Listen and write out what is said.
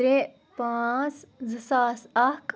ترے پانٛژھ زٕ ساس اَکھ